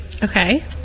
Okay